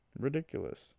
Ridiculous